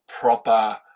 proper